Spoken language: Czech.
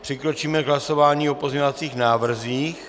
Přikročíme k hlasování o pozměňovacích návrzích.